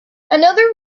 another